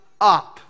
up